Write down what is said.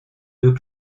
deux